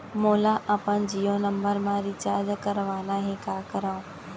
मोला अपन जियो नंबर म रिचार्ज करवाना हे, का करव?